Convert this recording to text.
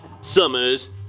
Summers